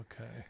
Okay